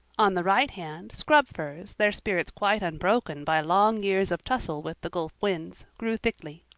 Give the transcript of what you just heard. on the right hand, scrub firs, their spirits quite unbroken by long years of tussle with the gulf winds, grew thickly.